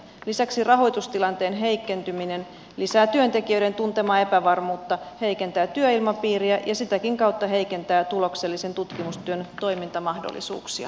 lisäksi rahoi tustilanteen heikentyminen lisää työntekijöiden tuntemaa epävarmuutta heikentää työilmapiiriä ja sitäkin kautta heikentää tuloksellisen tutkimustyön toimintamahdollisuuksia